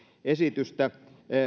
esitystä